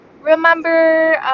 remember